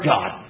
God